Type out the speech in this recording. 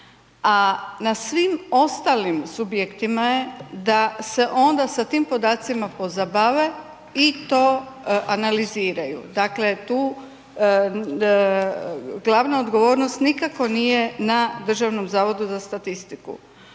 a na svim ostalim subjektima je da se onda tim podacima pozabave i to analiziraju. Dakle tu glavna odgovornost nikako nije na DZS-U. Kada pogledate